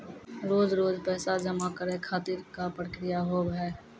रोज रोज पैसा जमा करे खातिर का प्रक्रिया होव हेय?